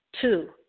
Two